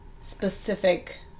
specific